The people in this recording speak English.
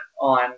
on